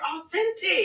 authentic